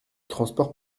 transport